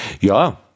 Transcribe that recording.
Ja